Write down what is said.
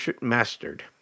mastered